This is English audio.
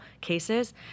cases